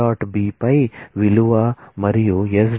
B పై విలువ మరియు s